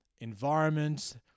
environment